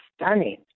stunning